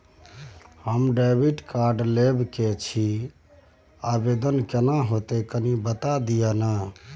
हम debit card लेब के छि, आवेदन केना होतै से कनी बता दिय न?